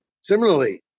Similarly